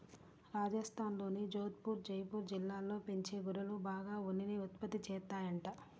రాజస్థాన్లోని జోధపుర్, జైపూర్ జిల్లాల్లో పెంచే గొర్రెలు బాగా ఉన్నిని ఉత్పత్తి చేత్తాయంట